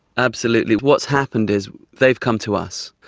absolutely. what's happened is they've come to us.